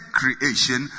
creation